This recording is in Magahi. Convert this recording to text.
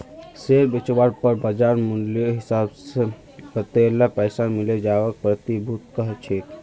शेयर बेचवार पर बाज़ार मूल्येर हिसाब से वतेला पैसा मिले जवाक प्रतिभूति कह छेक